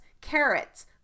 carrots